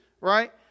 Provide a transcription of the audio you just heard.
right